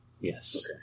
yes